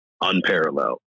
unparalleled